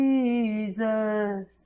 Jesus